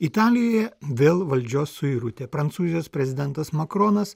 italijoje vėl valdžios suirutė prancūzijos prezidentas makronas